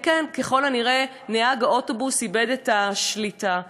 ככל הנראה נהג האוטובוס איבד את השליטה.